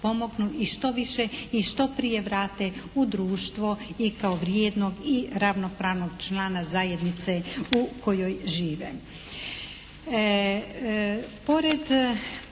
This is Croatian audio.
i što prije vrate u društvo i kao vrijednog i ravnopravnog člana zajednice u kojoj žive.